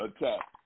attack